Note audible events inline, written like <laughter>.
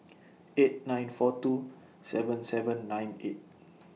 <noise> eight nine four two seven seven nine eight <noise>